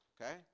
Okay